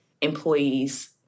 employees